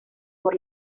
por